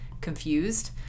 confused